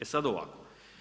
E sad ovako.